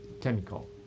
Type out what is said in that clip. chemical